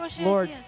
Lord